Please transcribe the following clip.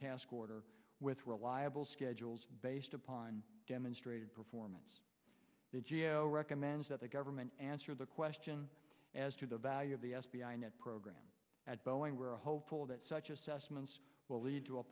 order with reliable schedules based upon demonstrated performance that geo recommends that the government answer the question as to the value of the f b i in that program at boeing we're hopeful that such assessments will lead to a